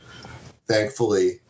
thankfully